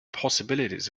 possibilities